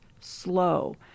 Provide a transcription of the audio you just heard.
slow